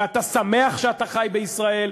ואתה שמח שאתה חי בישראל.